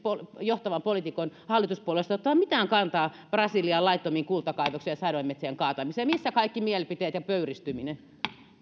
johtavan poliitikon hallituspuolueesta ottavan mitään kantaa brasilian laittomiin kultakaivoksiin ja sademetsien kaatamiseen missä kaikki mielipiteet ja pöyristyminen